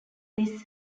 this